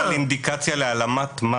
אבל אתה מדבר על אינדיקציה להעלמת מס,